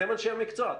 אתם אנשי המקצוע,